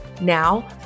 Now